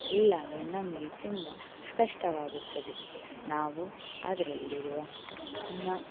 ಇಲ್ಲಾಂದರೆ ನಮಗೆ ತುಂಬ ಕಷ್ಟವಾಗುತ್ತದೆ ನಾವು ಅದರಲ್ಲಿರುವ ನ